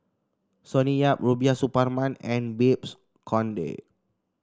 Sonny Yap Rubiah Suparman and Babes Conde